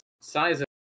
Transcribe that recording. Size